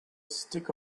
stick